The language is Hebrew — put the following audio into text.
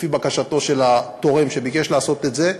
לפי בקשתו של התורם שביקש לעשות את זה,